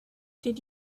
did